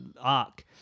arc